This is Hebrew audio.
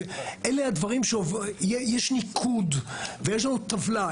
אלה הדברים, יש ניקוד ויש לנו טבלה.